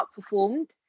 outperformed